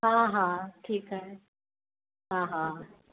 हा हा ठीकु आहे हा हा